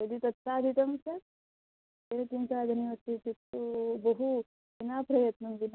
यदि तत् साधितं चेत् तर्हि किं साधनीयमस्ति इत्युक्तौ बहु विना प्रयत्नेन विना